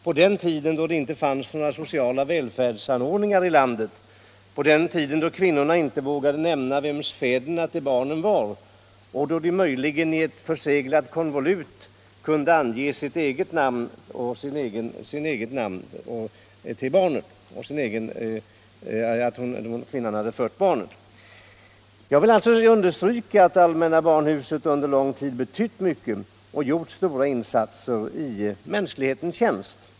På den tiden då det inte fanns några sociala välfärdsanordningar i samhället. På den tiden då kvinnorna inte vågade nämna vem fäderna till barnen var och då de möjligen i ett förseglat konvolut kunde ange sitt eget namn och att de hade fött barnet. Jag vill alltså understryka att allmänna barnhuset under långa tider betytt mycket och gjort stora insatser i mänsklighetens tjänst.